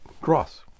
cross